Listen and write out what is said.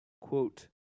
quote